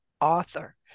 author